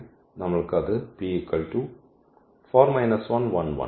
അതിനാൽ നമ്മൾ അത് ആയി മാറ്റുകയാണെങ്കിൽ